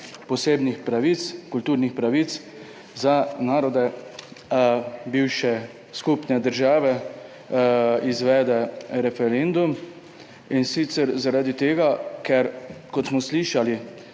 posebnih kulturnih pravic za narode bivše skupne države izvede referendum, in sicer zaradi tega, kot smo slišali,